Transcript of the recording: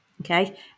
Okay